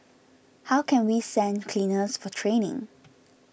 how can we send cleaners for training